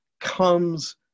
comes